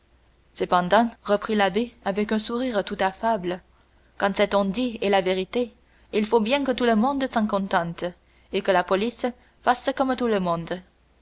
cependant reprit l'abbé avec un sourire tout affable quand cet on-dit est la vérité il faut bien que tout le monde s'en contente et que la police fasse comme tout le monde